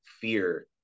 fear